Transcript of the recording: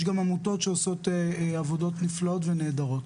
יש גם עמותות שעושות עבודות נפלאות ונהדרות.